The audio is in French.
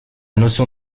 notion